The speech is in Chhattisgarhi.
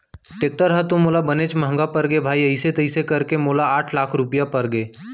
टेक्टर ह तो मोला बनेच महँगा परगे भाई अइसे तइसे करके मोला आठ लाख रूपया परगे